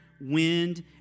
wind